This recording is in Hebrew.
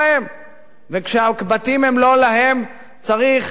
כשהבתים הם לא להם צריך לפנותם,